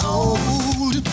old